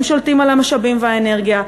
הם שולטים על המשאבים והאנרגיה,